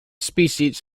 species